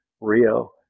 Rio